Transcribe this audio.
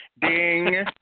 ding